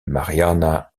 marianna